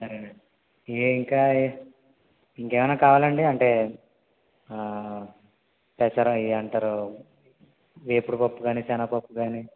సరే నండి ఏ ఇంకా ఇంకేమన్నా కావాలండి అంటే పెసర అవి అంటారు వేపుడు పప్పు కాని సెనగపప్పు కాని